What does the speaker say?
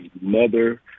mother